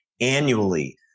annually